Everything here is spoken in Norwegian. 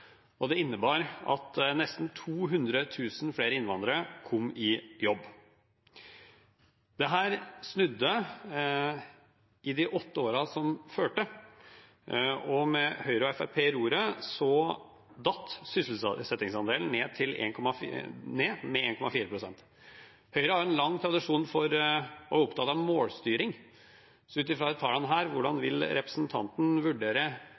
og det innebar at nesten 200 000 flere innvandrere kom i jobb. Dette snudde i de åtte årene som fulgte, og med Høyre og Fremskrittspartiet ved roret falt sysselsettingsandelen med 1,4 pst. Høyre har en lang tradisjon for å være opptatt av målstyring, så ut fra disse tallene: Hvordan vil representanten vurdere